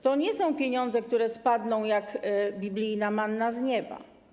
To nie są pieniądze, które spadną jak biblijna manna z nieba.